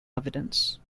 evidence